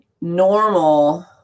normal